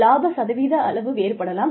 இலாப சதவீத அளவு வேறுபடலாம்